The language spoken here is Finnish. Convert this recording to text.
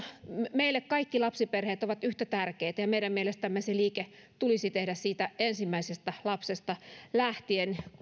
meille kaikki lapsiperheet ovat yhtä tärkeitä ja meidän mielestämme se liike tulisi tehdä siitä ensimmäisestä lapsesta lähtien